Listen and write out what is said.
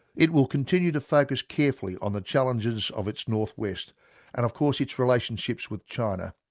it will continue to focus carefully on the challenges of its north-west and of course its relationship with china.